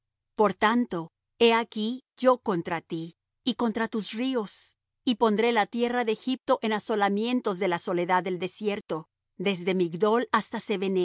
por tanto he aquí yo contra ti y contra tus ríos y pondré la tierra de egipto en asolamientos de la soledad del desierto desde migdol hasta